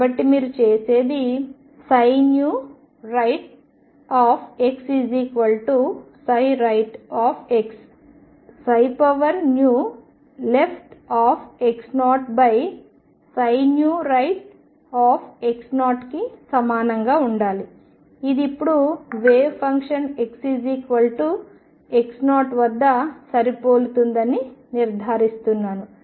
కాబట్టి మీరు చేసేది rightnew rightxleftnewx0rightnewx0 కి సమానంగా ఉండాలి ఇది ఇప్పుడు వేవ్ ఫంక్షన్ xx0 వద్ద సరిపోలుతుందని నిర్ధారిస్తుంది